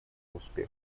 успеха